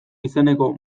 izeneko